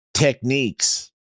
techniques